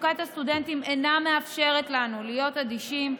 מצוקת הסטודנטים אינה מאפשרת לנו להיות אדישים,